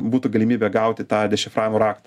būtų galimybė gauti tą dešifravimo rakt